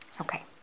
Okay